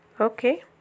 okay